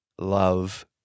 love